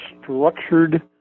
structured